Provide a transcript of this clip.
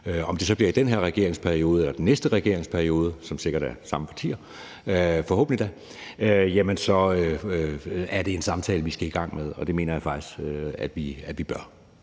Om det så bliver i den her regeringsperiode eller den næste regeringsperiode, som sikkert består af samme partier – forhåbentlig da – så er det en samtale, vi skal i gang med. Det mener jeg faktisk at vi bør.